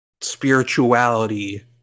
spirituality